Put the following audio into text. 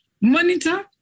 monitor